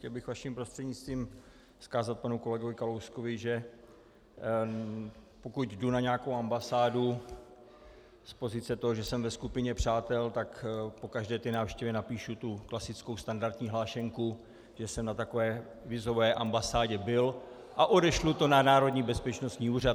Chtěl bych vaším prostřednictvím vzkázat panu kolegovi Kalouskovi, že pokud jdu na nějakou ambasádu z pozice toho, že jsem ve skupině přátel, tak po každé té návštěvě napíšu tu klasickou standardní hlášenku, že jsem na takové vízové ambasádě byl a odešlu to na Národní bezpečnostní úřad.